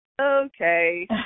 Okay